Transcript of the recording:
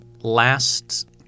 last